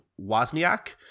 Wozniak